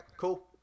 cool